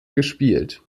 gespielt